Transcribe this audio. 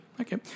okay